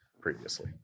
previously